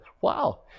wow